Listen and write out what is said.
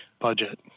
budget